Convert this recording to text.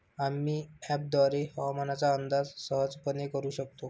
आम्ही अँपपद्वारे हवामानाचा अंदाज सहजपणे करू शकतो